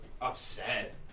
upset